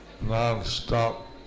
non-stop